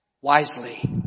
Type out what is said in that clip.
wisely